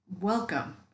welcome